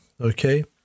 Okay